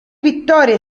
vittorie